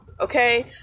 okay